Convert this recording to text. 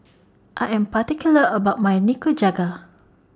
I Am particular about My Nikujaga